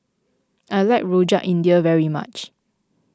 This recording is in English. I like Rojak India very much